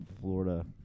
Florida